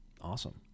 Awesome